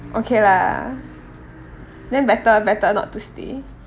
okay lah then better better not to stay